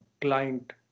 client